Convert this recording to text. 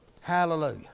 Hallelujah